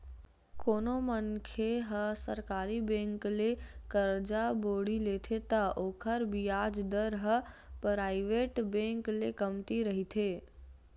कोनो मनखे ह सरकारी बेंक ले करजा बोड़ी लेथे त ओखर बियाज दर ह पराइवेट बेंक ले कमती रहिथे